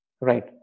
Right